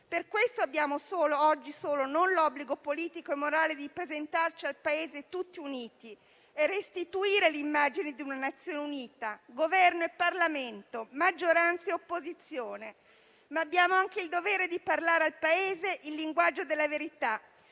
Per questo oggi non solo abbiamo l'obbligo politico e morale di presentarci al Paese tutti uniti e restituire l'immagine di una Nazione unita, Governo e Parlamento, maggioranza e opposizione; ma abbiamo anche il dovere di parlare al Paese il linguaggio della verità